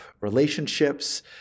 relationships